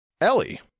Ellie